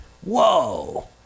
Whoa